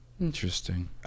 Interesting